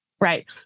right